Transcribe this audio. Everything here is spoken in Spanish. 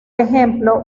ejemplo